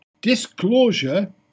disclosure